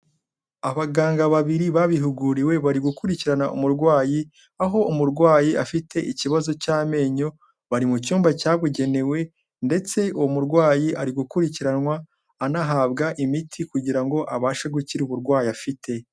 Abaganga babiri babihuguriwe bari gukurikirana umurwayi, aho umurwayi afite ikibazo cy'amenyo, bari mu cyumba cyabugenewe, ndetse uwo murwayi ari gukurikiranwa anahabwa imiti, kugira ngo abashe gukira uburwayi afite.